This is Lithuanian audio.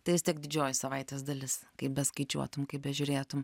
tai vis tiek didžioji savaitės dalis kaip beskaičiuotum kaip bežiūrėtum